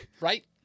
Right